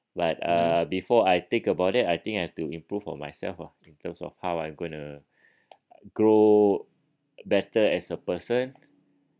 but uh before I think about it I think I have to improve on myself in terms of how I'm going to grow better as a person